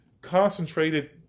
concentrated